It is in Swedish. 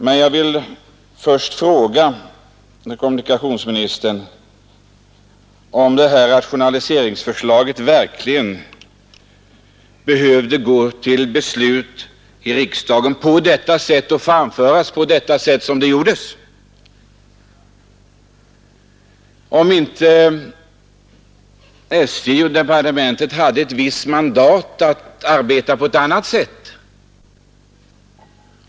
Men jag vill fråga kommunikationsministern, om det nu aktuella rationaliseringsförslaget verkligen hade behövt framläggas för riksdagen på det sätt som skett. Hade inte SJ och departementet mandat att arbeta på ett annat sätt?